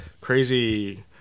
crazy